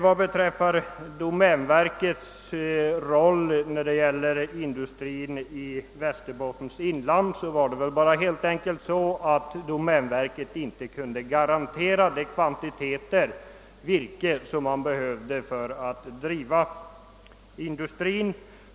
Vad beträffar domänverkets roll i fråga om en utbyggnad av skogsindustrin i Västerbottens inland så kunde inte domänverket garantera de kvantiteter virke som behövdes för att driva företaget.